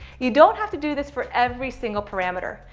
you don't have to do this for every single parameter.